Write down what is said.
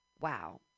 wow